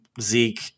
Zeke